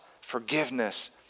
forgiveness